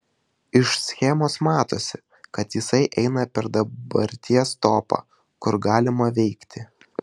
iš schemos matosi kad jisai eina per dabarties topą kur galima veikti